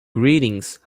greetings